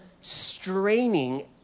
straining